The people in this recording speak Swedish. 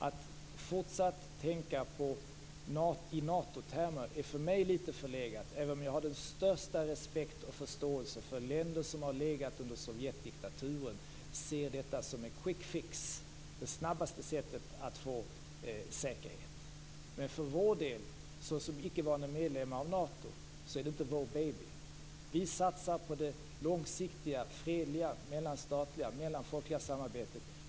Att fortsätta att tänka i Natotermer är för mig litet förlegat, även om jag har den största respekt och förståelse för att länder som har legat under Sovjetdiktaturen ser detta som quick fix, det snabbaste sättet att få säkerhet. Men för vår del, som ickevarande medlemmar i Nato, är det inte vår baby. Vi satsar på det långsiktiga, fredliga, mellanstatliga, mellanfolkliga samarbetet.